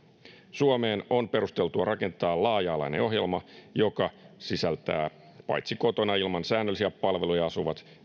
suomeen on perusteltua rakentaa laaja alainen ohjelma joka sisältää paitsi kotona ilman säännöllisiä palveluja asuvat